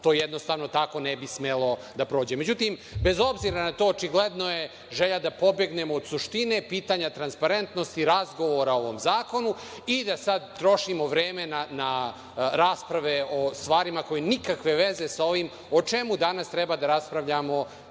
itd. To tako ne bi smelo da prođe.Međutim, bez obzira na to, očigledno je želja da pobegnemo od suštine, pitanja transparentnosti, razgovora o ovom zakonu i da sad trošimo vreme na rasprave o stvarima koji nikakve veze sa ovim o čemu danas treba da raspravljamo